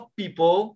people